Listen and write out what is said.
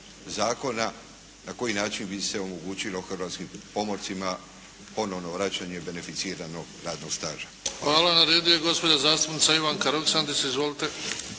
zakona na koji način bi se omogućilo hrvatskim pomorcima ponovo vraćanje beneficiranog radnog staža. **Bebić, Luka (HDZ)** Hvala. Na redu je gospođa zastupnica Ivanka Roksandić. Izvolite.